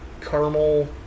caramel